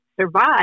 survive